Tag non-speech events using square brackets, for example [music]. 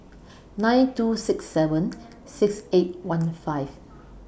nine two six seven six eight [noise] one five